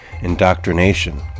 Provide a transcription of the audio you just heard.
indoctrination